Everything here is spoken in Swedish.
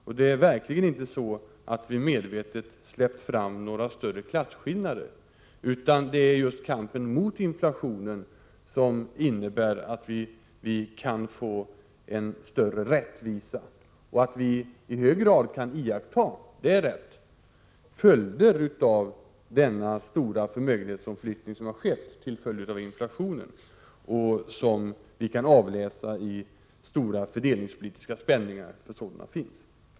Vi har verkligen inte medvetet släppt fram några större klasskillnader, utan det är just kampen mot inflationen som innebär att vi kan få en större rättvisa. Det är rätt att vi i hög grad kan iaktta följder av den stora förmögenhetsomflyttning som har skett till följd av inflationen. Vi kan avläsa dem i stora fördelningspolitiska spänningar, för sådana finns.